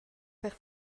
per